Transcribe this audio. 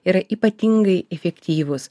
yra ypatingai efektyvūs